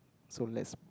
so let's